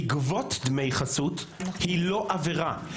לגבות דמי חסות היא לא עבירה.